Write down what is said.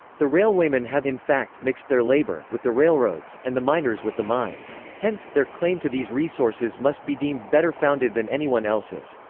the railwaymen have in fact mixed their labor with the railroads, and the miners with the mines. hence, their claim to these resources must be deemed better founded than anyone else's.